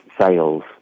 sales